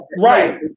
Right